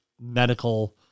medical